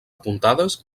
apuntades